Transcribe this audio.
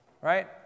Right